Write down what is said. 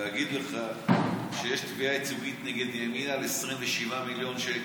להגיד לך שיש תביעה ייצוגית נגד ימינה על 27 מיליון שקל.